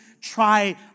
try